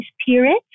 spirit